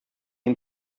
atm